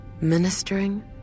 ministering